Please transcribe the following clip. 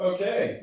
Okay